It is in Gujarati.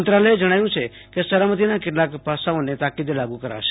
મંત્રાલયે જણાત્યું છે કે સલામતીના કેટલાંક પાસાઓને તાકીદે લાગૂ ક રાશે